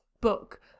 book